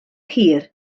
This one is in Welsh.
hir